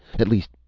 at least,